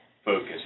Focus